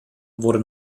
wurde